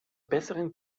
besseren